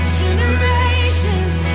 generations